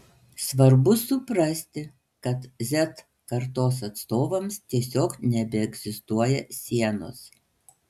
svarbu suprasti kad z kartos atstovams tiesiog nebeegzistuoja sienos